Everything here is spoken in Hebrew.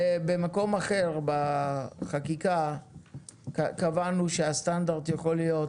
במקום אחר בחקיקה קבענו שהסטנדרט יכול להיות